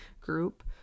group